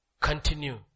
Continue